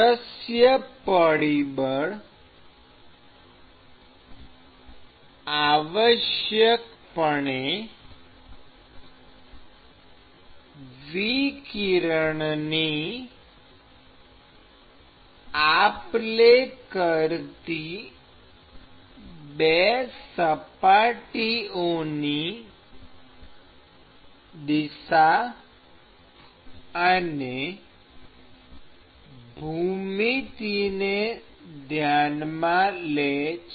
દૃશ્ય પરિબળ આવશ્યકપણે વિકિરણની આપલે કરતી બે સપાટીઓની દિશા અને ભૂમિતિને ધ્યાનમાં લે છે